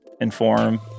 inform